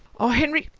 oh henry,